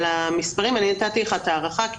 אני נתתי לך את ההערכה,